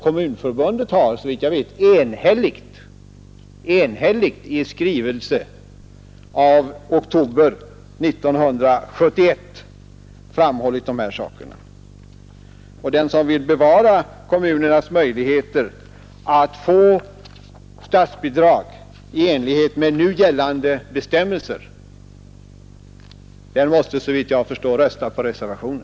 Kommunförbundet har också, såvitt jag vet enhälligt i skrivelse, daterad i oktober 1971, framhållit de här sakerna. Den som vill bevara kommunernas möjligheter att få statsbidrag i enlighet med nu gällande bestämmelser måste, såvitt jag förstår, rösta med reservationen.